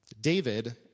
David